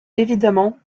évidemment